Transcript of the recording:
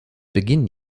beginn